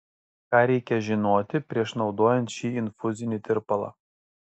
ką reikia žinoti prieš naudojant šį infuzinį tirpalą